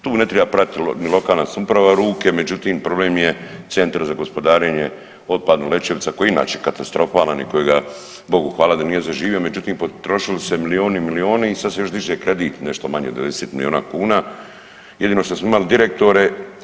Tu ne triba prati ni lokalna samouprava ruke, međutim problem je Centar za gospodarenje otpadom Lećevica koji je inače katastrofalan i kojega Bogu hvala da nije zaživio, međutim potrošili su se milijuni i milijuni i sad se još diže kredit nešto manje od 90 milijuna kuna, jedino šta smo imali direktore.